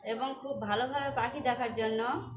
এবং খুব ভালোভাবে পাখি দেখার জন্য